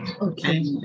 Okay